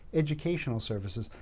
educational services.